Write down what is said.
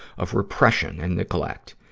of repression and neglect.